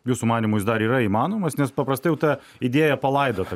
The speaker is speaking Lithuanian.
jūsų manymu jis dar yra įmanomas nes paprastai jau ta idėja palaidota